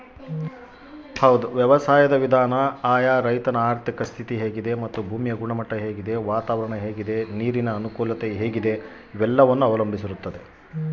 ವ್ಯವಸಾಯುದ್ ವಿಧಾನಾನ ರೈತನ ಆರ್ಥಿಕ ಸ್ಥಿತಿ, ಭೂಮಿ ಗುಣಮಟ್ಟ, ವಾತಾವರಣ, ನೀರು ಇವೆಲ್ಲನ ಅವಲಂಬಿಸ್ತತೆ